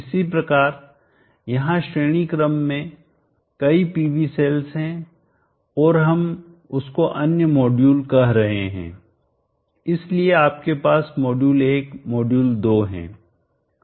इसी प्रकार यहां श्रेणी क्रम में में कई PV सेल हैं और हम उसको अन्य मॉड्यूल कह रहे हैं इसलिए आपके पास मॉड्यूल 1 और मॉड्यूल 2 हैं